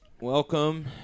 Welcome